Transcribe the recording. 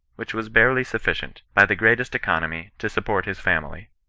which was barely suffi cient, by the greatest economy, to support his family.